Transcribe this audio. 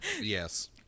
Yes